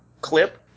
clip